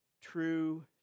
true